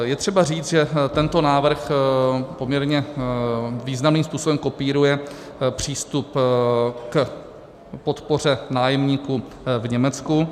Je třeba říct, že tento návrh poměrně významným způsobem kopíruje přístup k podpoře nájemníků v Německu.